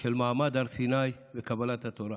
של מעמד הר סיני וקבלת התורה.